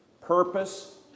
purpose